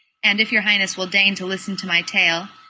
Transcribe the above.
and if your highness will deign to listen to my tale,